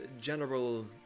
general